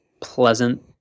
pleasant